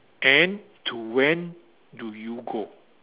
and to when do you go